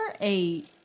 eight